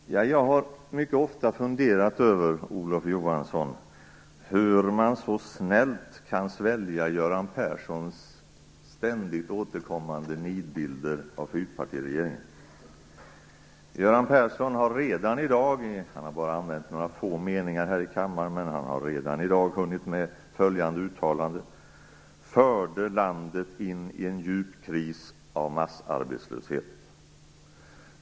Fru talman! Jag har mycket ofta funderat över hur man så snällt kan svälja Göran Perssons ständigt återkommande nidbilder av fyrpartiregeringen, Olof Johansson. Göran Persson har sagt bara några få meningar här i kammaren i dag, men han har redan hunnit med följande uttalande: förde landet in i en djup kris av massarbetslöshet.